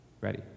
Ready